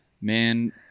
Man